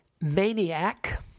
Maniac